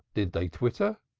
did they twitter?